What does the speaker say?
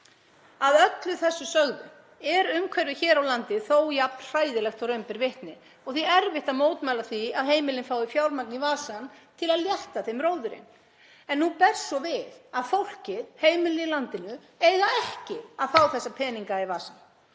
Að þessu öllu sögðu er umhverfið hér á landi þó jafn hræðilegt og raun ber vitni og því erfitt að mótmæla því að heimilin fái fjármagn í vasann til að létta þeim róðurinn. En nú ber svo við að fólkið, heimilin í landinu, eiga ekki að fá þessa peninga í vasann.